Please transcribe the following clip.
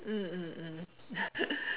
mm mm mm